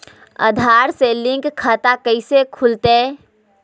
आधार से लिंक खाता कैसे खुलते?